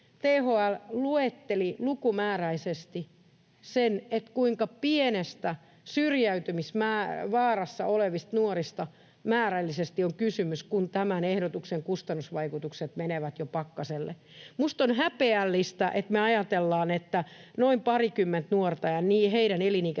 THL luetteli lukumääräisesti sen, kuinka pienestä määrästä syrjäytymisvaarassa olevia nuoria on kysymys, kun tämän ehdotuksen kustannusvaikutukset menevät jo pakkaselle. Minusta on häpeällistä, jos me ajatellaan, että noin parikymmentä nuorta ja heidän elinikäiset